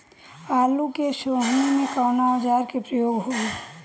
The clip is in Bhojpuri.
आलू के सोहनी में कवना औजार के प्रयोग होई?